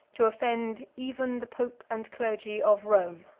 to offend even the pope and clergy of rome.